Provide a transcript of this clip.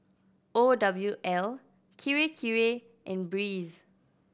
O W L Kirei Kirei and Breeze